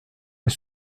est